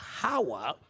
power